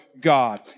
God